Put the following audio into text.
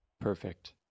perfect